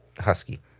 husky